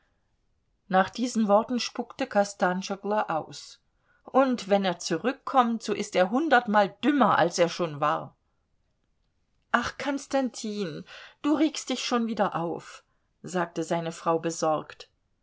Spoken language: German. nach diesen worten spuckte kostanschoglo aus und wenn er zurückkommt so ist er hundertmal dümmer als er schon war ach konstantin du regst dich schon wieder auf sagte seine frau besorgt